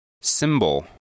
Symbol